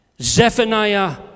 Zephaniah